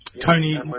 Tony